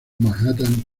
manhattan